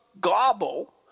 gobble